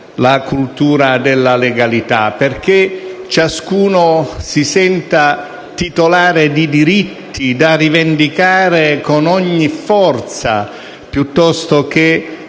la cultura della legalità, perché ciascuno si senta titolare di diritti da rivendicare con ogni forza, piuttosto che